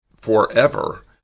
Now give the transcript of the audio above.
forever